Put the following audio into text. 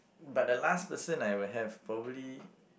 but the last person I would have probably